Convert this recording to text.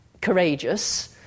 courageous